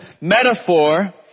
metaphor